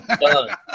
Done